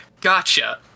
Gotcha